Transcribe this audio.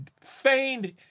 feigned